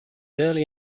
early